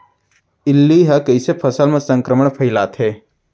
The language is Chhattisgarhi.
इल्ली ह कइसे फसल म संक्रमण फइलाथे?